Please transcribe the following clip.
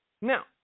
Now